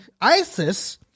ISIS